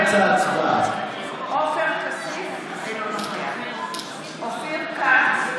עופר כסיף, אינו נוכח אופיר כץ,